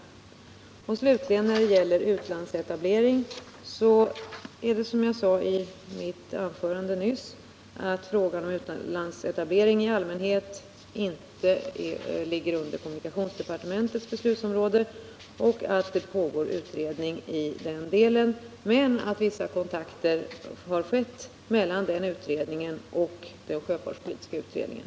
När det slutligen gäller frågan om utlandsetablering är det, som jag sade i mitt anförande nyss, så att utlandsetablering i allmänhet inte ligger under kommunikationsdepartementets beslutsområde men att utredning pågår i den delen och att vissa kontakter har förekommit mellan den utredningen och sjöfartspolitiska utredningen.